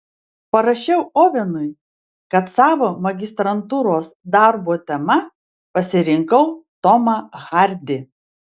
parašiau ovenui kad savo magistrantūros darbo tema pasirinkau tomą hardį